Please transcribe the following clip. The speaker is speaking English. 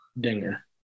Dinger